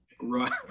Right